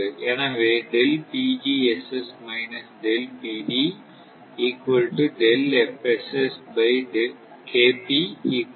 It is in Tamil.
ஏனெனில் இது 0 ஆக உள்ளது